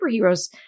superheroes